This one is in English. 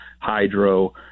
hydro